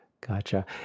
gotcha